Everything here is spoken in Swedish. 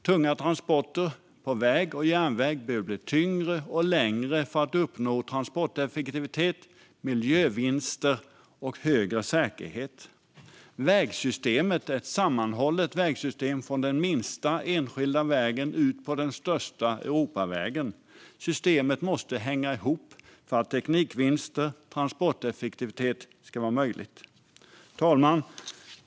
Tunga transporter på väg och järnväg behöver bli tyngre och längre för att uppnå transporteffektivitet, miljövinster och högre säkerhet. Vägsystemet är ett sammanhållet vägsystem, från den minsta enskilda vägen och ut på den största Europavägen. Systemet måste hänga ihop för att teknikvinster och transporteffektivitet ska vara möjligt. Herr talman!